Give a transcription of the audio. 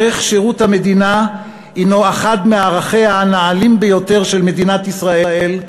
ערך שירות המדינה הוא אחד מערכיה הנעלים ביותר של מדינת ישראל,